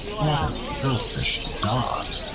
what a selfish dog!